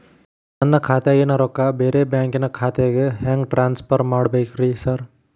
ನನ್ನ ಖಾತ್ಯಾಗಿನ ರೊಕ್ಕಾನ ಬ್ಯಾರೆ ಬ್ಯಾಂಕಿನ ಖಾತೆಗೆ ಹೆಂಗ್ ಟ್ರಾನ್ಸ್ ಪರ್ ಮಾಡ್ಬೇಕ್ರಿ ಸಾರ್?